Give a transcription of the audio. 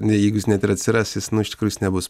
ne jeigu jis net ir atsiras jis iš tikrųjų jis nebus